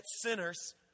sinners